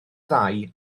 ddau